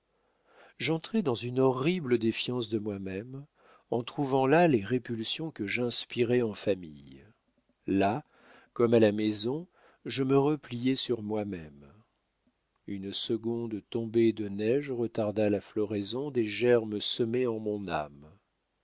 j'entrai dans une horrible défiance de moi-même en trouvant là les répulsions que j'inspirais en famille là comme à la maison je me repliai sur moi-même une seconde tombée de neige retarda la floraison des germes semés en mon âme